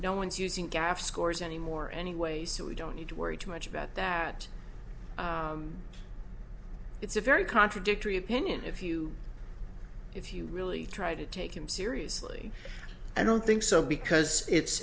no one's using gaffe scores anymore anyway so we don't need to worry too much about that it's a very contradictory opinion if you if you really try to take him seriously i don't think so because